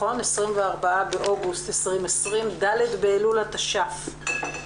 24 באוגוסט 2020, ד' באלול התש"ף.